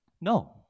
No